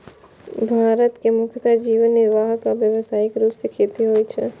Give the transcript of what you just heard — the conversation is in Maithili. भारत मे मुख्यतः जीवन निर्वाह आ व्यावसायिक रूप सं खेती होइ छै